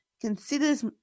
considers